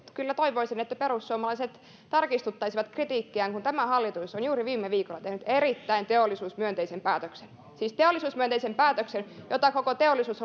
kyllä toivoisin että perussuomalaiset tarkistuttaisivat kritiikkiään kun tämä hallitus on juuri viime viikolla tehnyt erittäin teollisuusmyönteisen päätöksen siis sen teollisuusmyönteisen päätöksen jota koko teollisuus